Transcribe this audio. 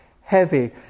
heavy